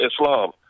Islam